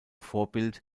vorbild